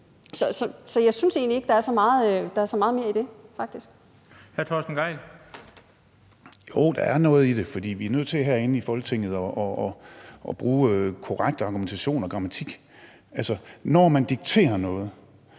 fg. formand (Bent Bøgsted): Hr. Torsten Gejl. Kl. 10:54 Torsten Gejl (ALT): Jo, der er noget i det, for vi er nødt til herinde i Folketinget at bruge korrekt argumentation og grammatik. Altså, når man dikterer noget,